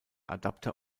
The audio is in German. adapter